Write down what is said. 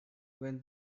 when